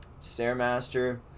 Stairmaster